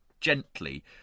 gently